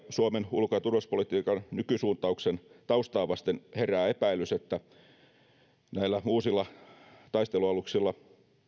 suomen ulko ja turvallisuuspolitiikan nykysuuntauksen taustaa vasten herää epäilys että näillä uusilla taistelualuksilla